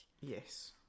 Yes